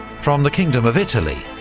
from the kingdom of italy,